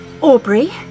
Aubrey